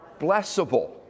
blessable